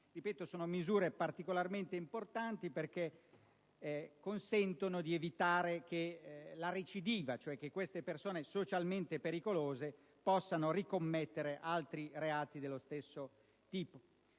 tratta di misure particolarmente importanti perché consentono di evitare la recidiva, che cioè queste persone socialmente pericolose possano commettere altri reati dello stesso tipo.